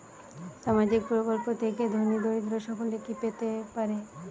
সামাজিক প্রকল্প থেকে ধনী দরিদ্র সকলে কি পেতে পারে?